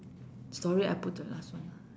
story I put the last one lah